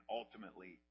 ultimately